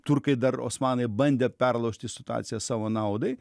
turkai dar osmanai bandė perlaužti situaciją savo naudai